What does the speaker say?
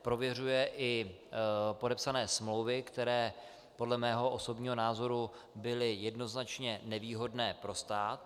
Prověřuje i podepsané smlouvy, které podle mého osobního názoru byly jednoznačně nevýhodné pro stát.